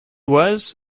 was